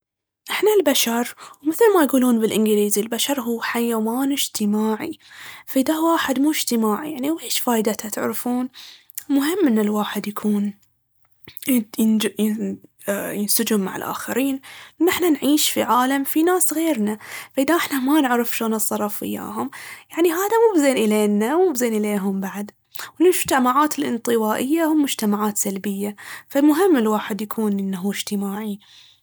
احنا البشر، مثل ما يقولون بالانجليزي، البشر هو حيوان اجتماعي، فاذا الواحد مو اجتماعي، يعني ويش فايدته تعرفون؟ مهم ان الواحد يكون يج- ينج- ينسجم مع الآخرين، واحنا نعيش في عالم فيه ناس غيرنا. اذا احنا ما نعرف شلون نتصرف وياهم يعني هذا موب زين الينا وموب زين اليهم بعد. المجتمعات الانطوائية هم مجتمعات سلبية، فمهم الواحد يكون ان هو اجتماعي.